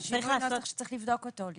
יש לבדוק את זה.